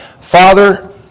Father